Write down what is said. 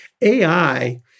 AI